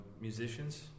musicians